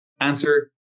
answer